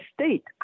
state